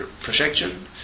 projection